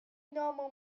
normal